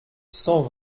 cent